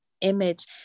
image